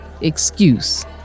excuse